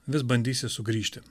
vis bandysi sugrįžti